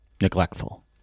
neglectful